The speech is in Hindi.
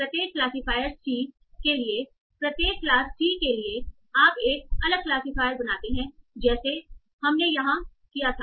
प्रत्येक क्लासीफायर C के लिए प्रत्येक क्लास C के लिए आप एक अलग क्लासिफायरियर बनाते हैं जैसे हमने यहां किया था